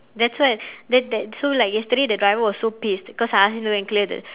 that's why that that so like yesterday the driver was so pissed cause I asked him to go and clear the